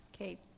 Okay